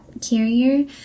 carrier